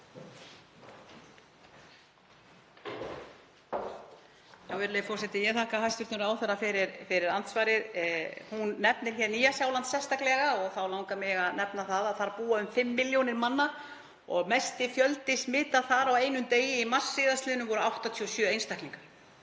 Virðulegi forseti. Ég þakka hæstv. ráðherra fyrir andsvarið. Hún nefnir Nýja-Sjáland sérstaklega og þá langar mig að nefna að þar búa um 5 milljónir manna og mesti fjöldi smita þar á einum degi, í mars síðastliðnum, voru 87 einstaklingar.